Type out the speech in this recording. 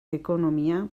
ekonomia